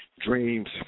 Dreams